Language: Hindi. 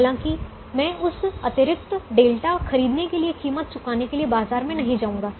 हालांकि मैं उस अतिरिक्त डेल्टा खरीदने के लिए कीमत चुकाने के लिए बाजार में नहीं जाऊँगा